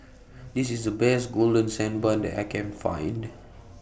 This IS The Best Golden Sand Bun that I Can Find